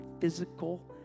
physical